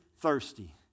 thirsty